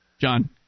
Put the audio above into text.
John